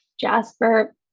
Jasper